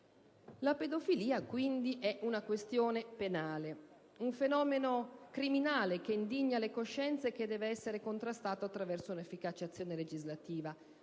La pedofilia, quindi, è una questione penale, un fenomeno criminale che indigna le coscienze e che deve essere contrastato attraverso l'efficace azione legislativa.